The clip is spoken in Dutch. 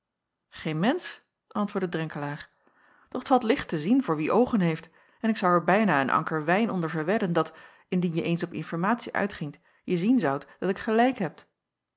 geen mensch antwoordde drenkelaer doch t valt licht te zien voor wie oogen heeft en ik zou er bijna een anker wijn onder verwedden dat indien je eens op informatie uitgingt je zien zoudt dat ik gelijk heb